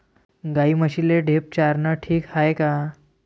गाई म्हशीले ढेप चारनं ठीक हाये का?